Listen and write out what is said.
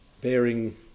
Bearing